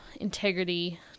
integrity